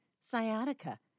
sciatica